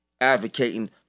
Advocating